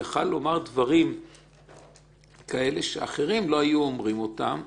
הוא יכול היה לומר דברים כאלה שאחרים לא היו אומרים אותם,